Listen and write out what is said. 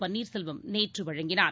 பன்னீர்செல்வம் நேற்று வழங்கினார்